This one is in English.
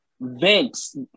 Vince